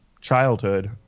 childhood